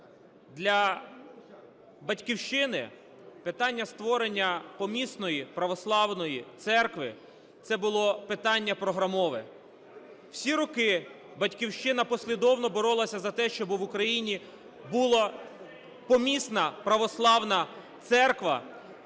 для "Батьківщини" питання створення помісної православної церкви - це було питання програмове. Всі роки "Батьківщина" послідовно боролася за те, щоби в Україні була помісна православна церква